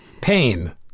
Pain